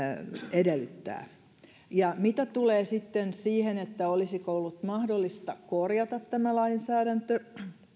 edellyttää mitä tulee sitten siihen olisiko ollut mahdollista korjata tämä lainsäädäntö